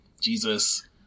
Jesus